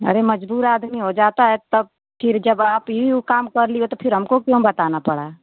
अरे मज़बूर आदमी हो जाता है तब फिर जब आप ही वह काम कर लिए हो तो फिर हमको क्यों बताना पड़ा